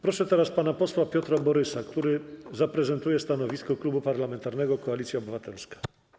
Proszę pana posła Piotra Borysa, który zaprezentuje stanowisko Klubu Parlamentarnego Koalicja Obywatelska.